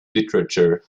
literature